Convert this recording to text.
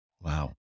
Wow